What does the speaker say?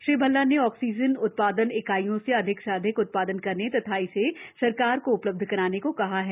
श्री भल्ला ने ऑक्सीजन उत्पादन इकाइयों से अधिक से अधिक उत्पादन करने तथा इसे सरकार को उपलब्ध कराने को कहा है